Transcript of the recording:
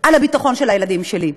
על הביטחון של הילדים שלי,